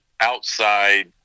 outside